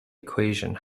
equation